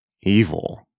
evil